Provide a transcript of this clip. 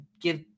give